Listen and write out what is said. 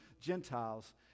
Gentiles